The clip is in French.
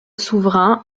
souverain